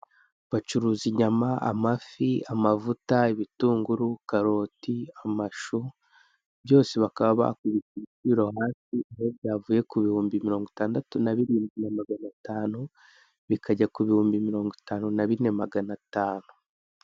Bacuruza inyama, amafi, amavuta, ibitunguru, karoti amashu, bose bakaba bakubise ibiciro hasi aho byavuye kubihumbi mirongo itandatu na birindwi na maganatanu bikajya ku bihumbi mirongo itanu na bine na maganatanu.